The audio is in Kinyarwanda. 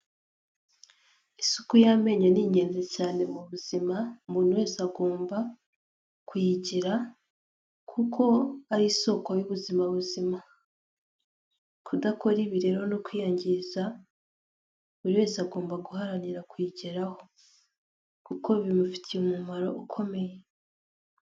Isuku y'amenyo ni ingenzi cyane mu buzima, umuntu wese agomba kuyigira kuko ari isoko y'ubuzima buzima, kudakora ibi rero ni ukwiyangiza, buri wese agomba guharanira kuyigeraho kuko bimufitiye umumaro ukomeye.